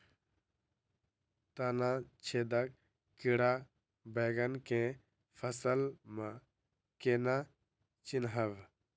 तना छेदक कीड़ा बैंगन केँ फसल म केना चिनहब?